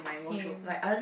same